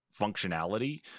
functionality